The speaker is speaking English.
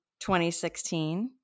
2016